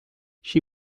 she